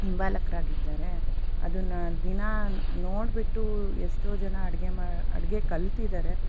ಹಿಂಬಾಲಕರಾಗಿದ್ದಾರೆ ಅದನ್ನ ದಿನಾ ನೋಡಿಬಿಟ್ಟು ಎಷ್ಟೋ ಜನ ಅಡಿಗೆ ಮಾ ಅಡಿಗೆ ಕಲ್ತಿದ್ದಾರೆ